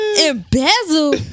Embezzle